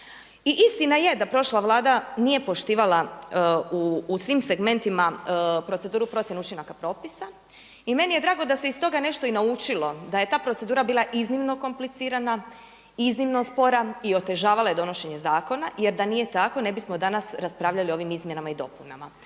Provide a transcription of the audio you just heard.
I istina je da prošla Vlada nije poštivala u svim segmentima proceduru procjene učinaka propisa. I meni je drago da se iz toga nešto i naučilo, da je ta procedura bila iznimno komplicirana, iznimno spora i otežavala je donošenje zakona. Jer da nije tako ne bismo danas raspravljali o ovim izmjenama i dopunama.